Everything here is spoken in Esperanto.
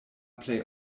plej